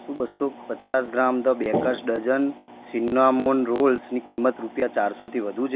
શું બસો પચાસ gram the Baker's Dozen cinnamon રોલ્સની કિંમત રૂપિયા ચારસોથી વધુ છે